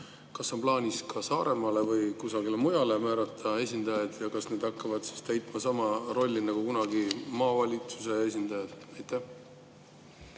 Kas on plaanis ka Saaremaale või kusagile mujale määrata esindajaid ja kas nad hakkavad täitma sama rolli nagu kunagi maavalitsuse esindajad? Aitäh!